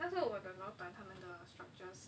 那时候我的老板他们的 structure 是